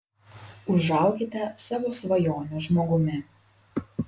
užaukite savo svajonių žmogumi